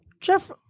Jeff